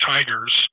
Tigers